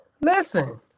listen